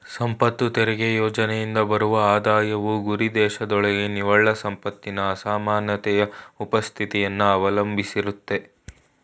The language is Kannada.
ಸಂಪತ್ತು ತೆರಿಗೆ ಯೋಜ್ನೆಯಿಂದ ಬರುವ ಆದಾಯವು ಗುರಿದೇಶದೊಳಗೆ ನಿವ್ವಳ ಸಂಪತ್ತಿನ ಅಸಮಾನತೆಯ ಉಪಸ್ಥಿತಿಯನ್ನ ಅವಲಂಬಿಸಿರುತ್ತೆ